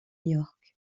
york